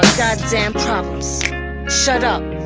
goddamn problems shut up,